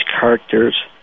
characters